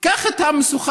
קח את המושכות,